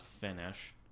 finish